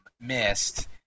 missed